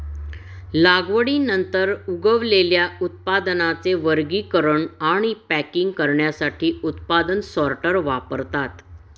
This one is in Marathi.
लागवडीनंतर उगवलेल्या उत्पादनांचे वर्गीकरण आणि पॅकिंग करण्यासाठी उत्पादन सॉर्टर वापरतात